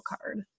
card